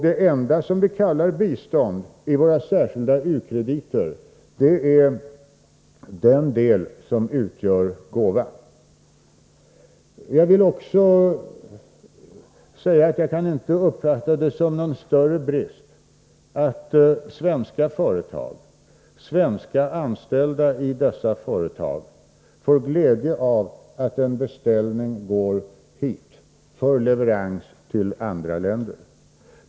Det enda vi kallar bistånd i våra särskilda u-landskrediter är den del som utgör gåva. Jag kan inte uppfatta det såsom någon större brist att svenska företag och svenska anställda i dessa företag får glädje av att en beställning går till dem för leverans till andra länder.